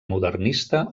modernista